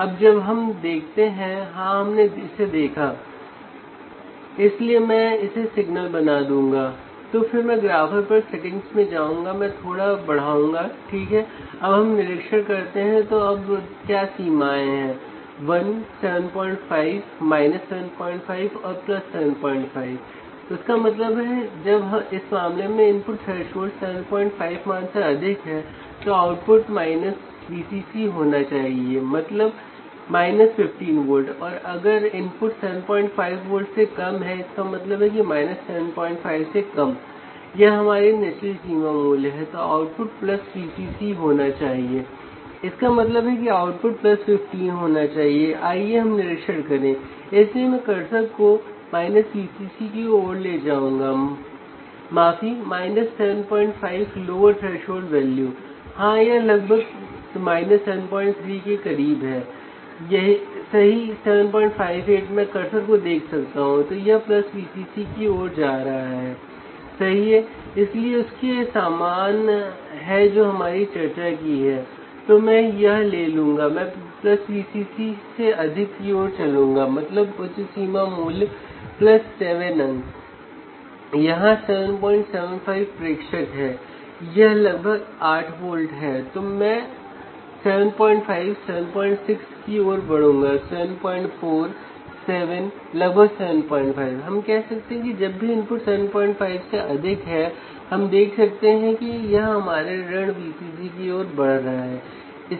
इसलिए हमने उच्च और निम्न आयाम नहीं देखे हैं लेकिन हमने वास्तव में वोल्टेज देखा है जब हमने इनपुट V1 और V2 में सीधे लगाया था और हमने देखा है कि जब यह पोटेंशियल डिवाइडर या व्हीटस्टोन ब्रिज के माध्यम से जुड़ा हुआ है तो